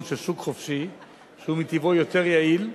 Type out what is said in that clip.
של שוק חופשי שהוא מטבעו יותר יעיל,